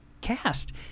cast